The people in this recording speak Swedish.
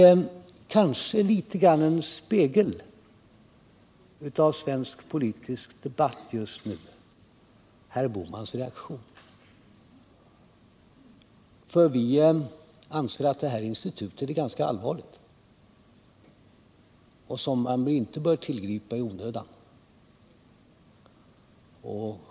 Herr Bohmans reaktion är kanske i någon mån en spegel av svensk politisk debatt just nu. Vi anser att det här institutet är ganska allvarligt och att man inte bör tillgripa det i onödan.